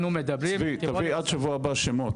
צבי, תביא עד שבוע הבא שמות.